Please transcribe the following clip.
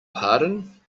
pardon